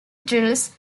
drills